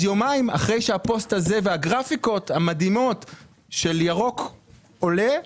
אז יומיים אחרי שהפוסט הזה והגרפיקה המדהימה של ירוק עולה,